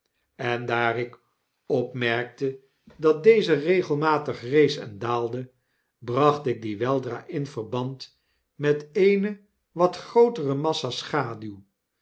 en daar ik opmerkte dat deze regelmatig rees eh daalde bracht ik die weldra in verband met eene wat grootere massa schaduw